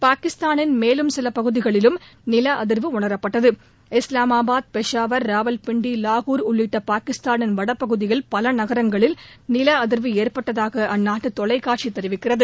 பாகிஸ்தானின் மேலும் சில பகுதிகளிலும் நில அதிர்வு உணரப்பட்டது இஸ்லாமாபாத் பெஷாவர் ராவவ்பிண்டி லாகூர் உள்ளிட்ட பாகிஸ்தானின் வட பகுதியில் பல நகரங்களில் நில அதிர்வு ஏற்பட்டதாக அந்நாட்டு தொலைக்காட்சி தெரிவிக்கிறது